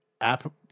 app